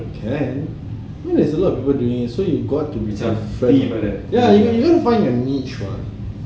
can there's a lot of people doing it so you got to be ya you find a niche [what]